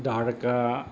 Dwarka